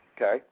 Okay